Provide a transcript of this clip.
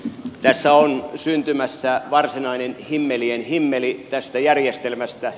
tässä on syntymässä varsinainen himmelien himmeli tästä järjestelmästä